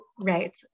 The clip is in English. right